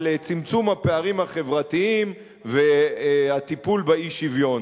צמצום הפערים החברתיים והטיפול באי-שוויון.